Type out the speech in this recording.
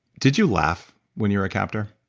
did you laughed when you were a captor?